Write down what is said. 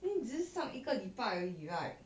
then 你只是上一个礼拜而已 right